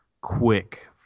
quick